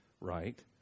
Right